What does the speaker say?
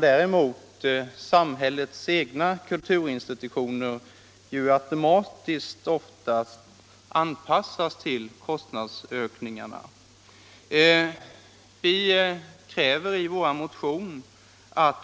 Däremot fick samhällets egna kulturinstitutioner oftast en automatisk anpassning till kostnadsökningarna. I vår motion har